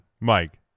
Mike